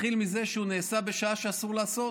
נתחיל מזה שהוא נעשה בשעה שאסור לעשות,